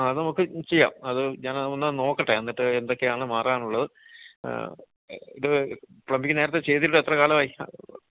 ആ അത് നമുക്ക് ചെയ്യാം അത് ഞാൻ അത് വന്ന് നോക്കട്ടെ എന്നിട്ട് എന്തെക്കെയാണ് മാറാനുള്ളത് അത് പ്ലമ്പിംഗ് നേരത്തെ ചെയ്തിട്ട് എത്ര കാലം ആയി